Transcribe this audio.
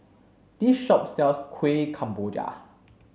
this shop sells Kueh Kemboja